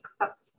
Accept